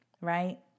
Right